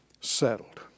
settled